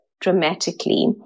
dramatically